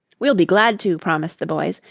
we'll be glad to, promised the boys,